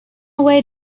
away